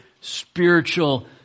spiritual